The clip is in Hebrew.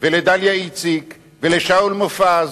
לדליה איציק ולשאול מופז,